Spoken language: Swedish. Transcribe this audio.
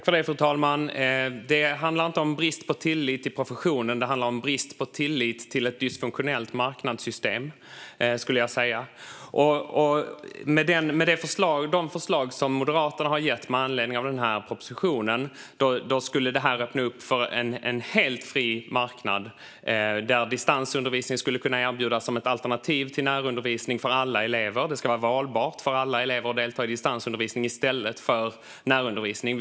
Fru talman! Det handlar inte om brist på tillit till professionen utan om brist på tillit till ett dysfunktionellt marknadssystem, skulle jag säga. De förslag Moderaterna har lagt fram med anledning av denna proposition skulle öppna upp för en helt fri marknad där distansundervisning skulle kunna erbjudas som ett alternativ till närundervisning för alla elever. Det ska vara valbart för alla elever att delta i distansundervisning i stället för närundervisning.